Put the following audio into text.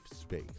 space